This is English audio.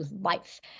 life